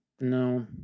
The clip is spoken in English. No